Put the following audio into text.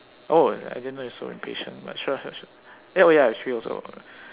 oh I didn't know you're so impatient but sure sure sure eh oh ya it's three also